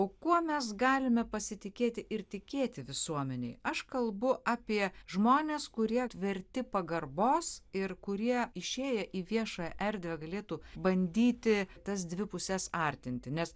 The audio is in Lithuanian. o kuo mes galime pasitikėti ir tikėti visuomenėj aš kalbu apie žmones kurie verti pagarbos ir kurie išėję į viešą erdvę galėtų bandyti tas dvi puses artinti nes